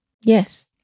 Yes